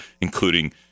including